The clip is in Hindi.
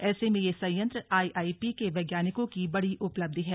ऐसे में यह संयंत्र आईआईपी के वैज्ञानिकों की बड़ी उपलब्धि है